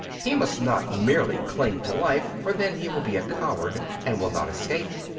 he must not merely cling to life, for then he will be a coward, and will not escape.